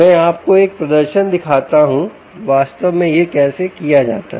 मैं आपको एक प्रदर्शन दिखाता हूं कि वास्तव में यह कैसे किया जाता है